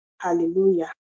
Hallelujah